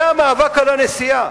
זה המאבק על הנסיעה.